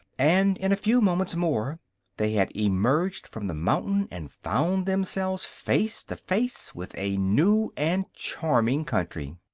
and in a few moments more they had emerged from the mountain and found themselves face to face with a new and charming country.